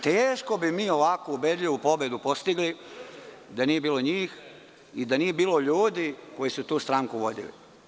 Teško bi mi ovako ubedljivu pobedu postigli da nije bilo njih i da nije bilo ljudi koji su tu stranku vodili.